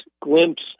glimpse